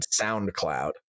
SoundCloud